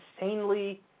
insanely